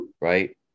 right